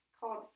called